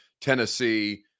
Tennessee